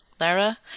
Lara